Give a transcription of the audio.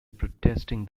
protesting